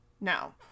no